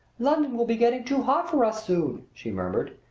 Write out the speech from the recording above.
london will be getting too hot for us soon! she murmured.